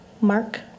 Mark